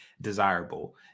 desirable